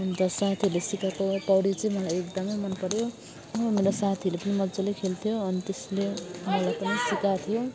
अन्त साथीहरूले सिकाएको पौडी चाहिँ मलाई एकदमै मनपर्यो हो मलाई साथीहरू पनि मजाले खेल्थ्यो अन त्यसले मलाई पनि सिकाएको थियो